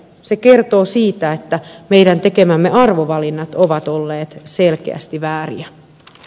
se kertoo siitä että meidän tekemämme arvovalinnat ovat olleet selkeästi vääriä